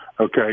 okay